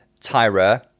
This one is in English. Tyra